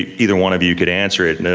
either one of you could answer it.